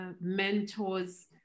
mentors